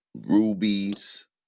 rubies